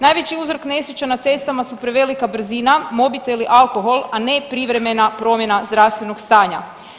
Najveći uzrok nesreća na cestama su prevelika brzina, mobitel i alkohol, a ne privremena promjena zdravstvenog stanja.